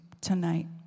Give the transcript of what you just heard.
tonight